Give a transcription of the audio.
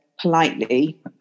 politely